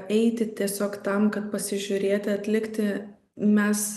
eiti tiesiog tam kad pasižiūrėti atlikti mes